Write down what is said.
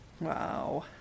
wow